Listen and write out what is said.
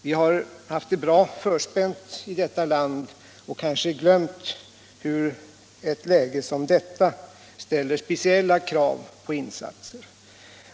Vi har haft det bra förspänt i vårt land och kanske glömt hur ett läge som detta ställer speciella krav på insatser.